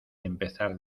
empezar